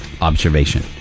observation